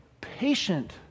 patient